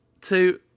two